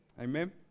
Amen